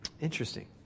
Interesting